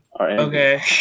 Okay